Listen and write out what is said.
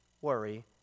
worry